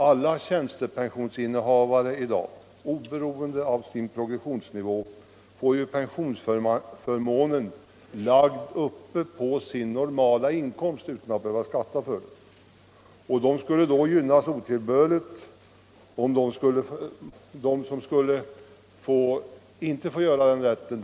Alla tjänstepensionsinnehavare får, oberoende av progressionsnivån, pensionsförmånen lagd ovanpå den normala inkomsten utan att behöva skatta för den. De skulle då gynnas otillbörligt i jämförelse med dem som använder sig av avdragsmöjligheten.